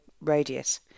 radius